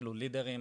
לידרים ממש,